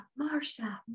Marsha